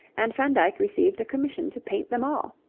and van dyck received a commission to paint them all.